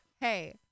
Hey